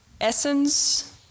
essence